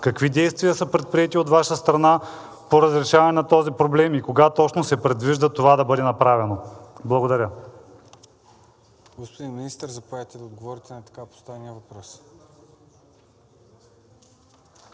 какви действия са предприети от Ваша страна по разрешаване на този проблем и кога точно се предвижда това да бъде направено? Благодаря. ПРЕДСЕДАТЕЛ ЦОНЧО ГАНЕВ: Господин министър, заповядайте да отговорите на така поставения въпрос.